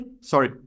Sorry